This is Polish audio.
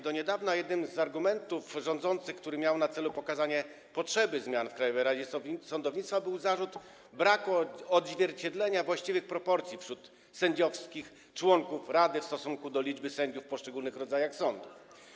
Do niedawna jednym z argumentów rządzących, który miał na celu pokazanie potrzeby zmian w Krajowej Radzie Sądownictwa, był zarzut braku odzwierciedlenia przez właściwe proporcje wśród sędziowskich członków rady liczby sędziów w poszczególnych rodzajach sądów.